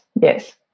yes